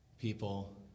people